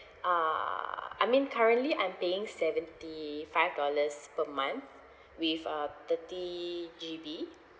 uh I mean currently I'm paying seventy five dollars per month with uh thirty G_B